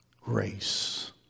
Grace